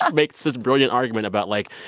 ah makes this brilliant argument about, like,